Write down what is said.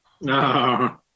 No